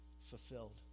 fulfilled